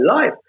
life